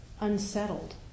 unsettled